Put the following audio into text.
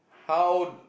how